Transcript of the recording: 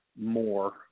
more